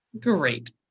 great